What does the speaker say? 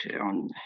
on